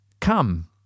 Come